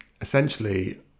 essentially